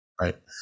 right